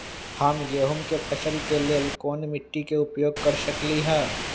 हम गेंहू के फसल के लेल कोन मिट्टी के उपयोग कर सकली ह?